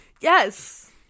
Yes